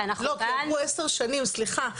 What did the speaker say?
אנחנו פעלנו --- לא, כי עברו 10 שנים, סליחה.